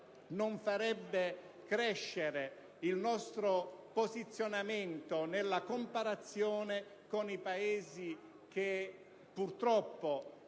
non farebbe crescere il nostro posizionamento nella comparazione con i Paesi che purtroppo